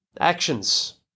Actions